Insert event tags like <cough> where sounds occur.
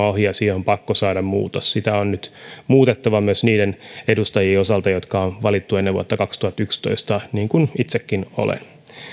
<unintelligible> ohi ja siihen on pakko saada muutos sitä on nyt muutettava myös niiden edustajien osalta jotka on valittu ennen vuotta kaksituhattayksitoista niin kuin itsekin olen